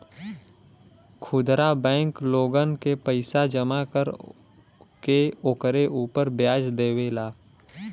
खुदरा बैंक लोगन के पईसा जमा कर के ओकरे उपर व्याज देवेला